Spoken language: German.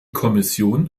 kommission